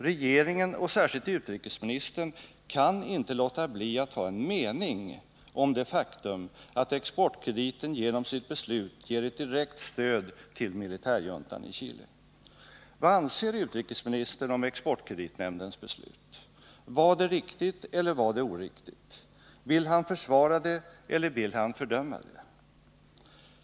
Regeringen — och särskilt utrikesministern — kan inte låta bli att ha en mening om det faktum att Exportkreditnämnden genom sitt beslut ger ett direkt stöd till militärjuntan i Chile. Vad anser utrikesministern om Exportkreditnämndens beslut? Var det riktigt eller var det oriktigt? Vill han försvara det eller vill han fördöma det?